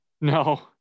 No